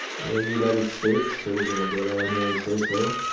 we're in the united states so we're gonna go down here and say so